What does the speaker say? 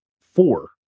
four